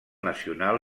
nacional